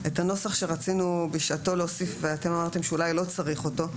את הנוסח שרצינו בשעתו להוסיף ואתם אמרתם שאולי לא צריך אותו,